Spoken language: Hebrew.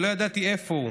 שלא ידעתי איפה הוא,